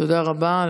תודה רבה.